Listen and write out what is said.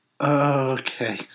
okay